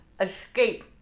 Escape